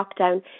lockdown